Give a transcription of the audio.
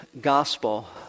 gospel